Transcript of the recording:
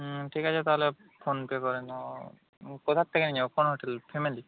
হুম ঠিক আছে তাহলে ফোনপে করে নাও কোথা থেকে নিয়ে যাব কোন হোটেল ফ্যামিলি